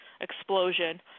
explosion